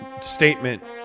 statement